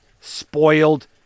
Spoiled